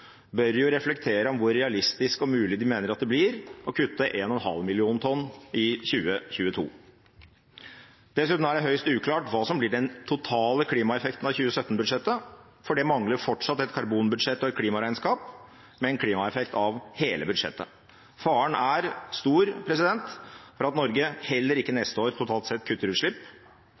bør reflektere over hvor realistisk og mulig de mener at det blir å kutte 1,5 millioner tonn i 2022. Dessuten er det høyst uklart hva som blir den totale klimaeffekten av 2017-budsjettet, for det mangler fortsatt et karbonbudsjett og et klimaregnskap med en klimaeffekt av hele budsjettet. Faren er stor for at Norge heller ikke neste år totalt sett